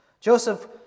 Joseph